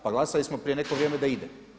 Pa glasali smo prije neko vrijeme da on ide.